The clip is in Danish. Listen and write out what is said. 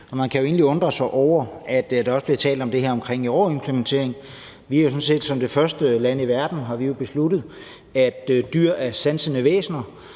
til dyreforsøg, og der er også blevet talt om det her med overimplementering. Vi har jo sådan set som det første land i verden besluttet, at dyr er sansende væsener,